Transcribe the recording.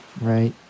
Right